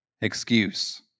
excuse